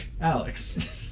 Alex